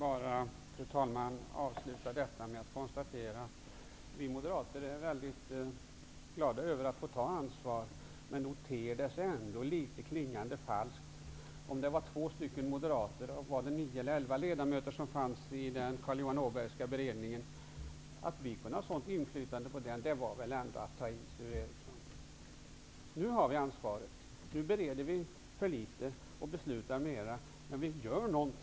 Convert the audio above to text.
Fru talman! Jag vill avsluta med att konstatera att vi moderater är glada över att få ta ansvar. Men nog klingar det litet falskt att vi skulle ha ett sådant inflytande över utredningen -- om det var två moderater av nio eller elva ledamöter i den Carl Johan-Åbergska-beredningen. Det var väl ändå att ta i, Sture Ericson. Nu har vi ansvaret, och nu bereder vi för litet och beslutar mera. Men vi gör något.